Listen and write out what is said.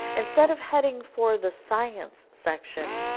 instead of heading for the science section,